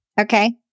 Okay